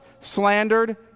slandered